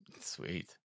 Sweet